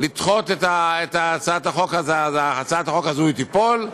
לדחות את הצעת החוק אז הצעת החוק הזו תיפול,